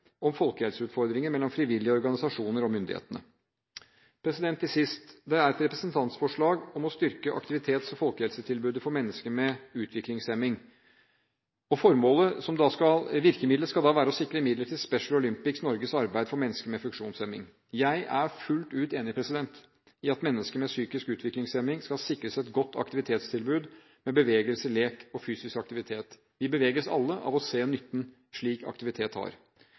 om folkehelseutfordringene mellom frivillige organisasjoner og myndighetene. Til sist så er det et representantforslag om å styrke aktivitets- og folkehelsetilbudet for mennesker med utviklingshemming, og virkemiddelet skal da være å sikre midler til Special Olympics Norges arbeid for mennesker med funksjonshemming. Jeg er fullt ut enig i at mennesker med psykisk utviklingshemming skal sikres et godt aktivitetstilbud med bevegelse, lek og fysisk aktivitet. Vi beveges alle av å se den nytten slik aktivitet har.